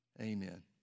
amen